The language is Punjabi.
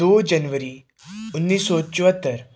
ਦੋ ਜਨਵਰੀ ਉੱਨੀ ਸੌ ਚੁਹੱਤਰ